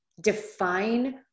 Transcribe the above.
define